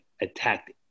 attacked